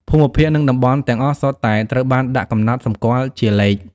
ភូមិភាគនិងតំបន់ទាំងអស់សុទ្ធតែត្រូវបានដាក់កំណត់សម្គាល់ជាលេខ។